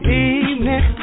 evening